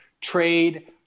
trade